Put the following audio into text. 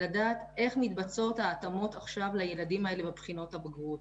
לדעת איך מתבצעות ההתאמות עכשיו לילדים האלה לבחינות הבגרות.